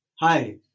Hi